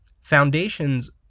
foundations